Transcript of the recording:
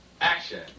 action